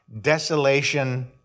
desolation